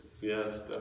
yes